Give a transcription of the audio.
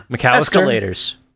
Escalators